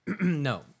No